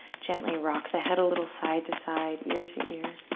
gently rock the head a little side to side, ear to ear.